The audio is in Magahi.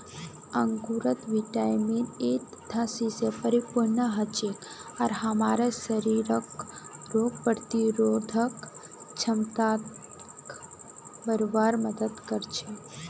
अंगूर विटामिन ए तथा सी स परिपूर्ण हछेक आर हमसार शरीरक रोग प्रतिरोधक क्षमताक बढ़वार मदद कर छेक